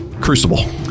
Crucible